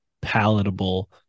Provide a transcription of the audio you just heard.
palatable